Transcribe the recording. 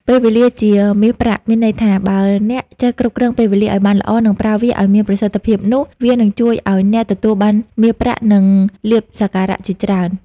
ពេលវេលា ជាមាសប្រាក់ មានន័យថា បើអ្នកចេះគ្រប់គ្រងពេលវេលាឲ្យបានល្អ និង ប្រើវាឲ្យមានប្រសិទ្ធភាពនោះ វានឹងជួយឲ្យអ្នកទទួលបានមាសប្រាក់ និង លាភសក្ការៈជាច្រើន។